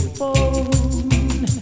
phone